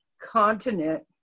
continent